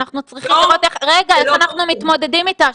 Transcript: ואנחנו צריכים לראות איך אנחנו מתמודדים איתה.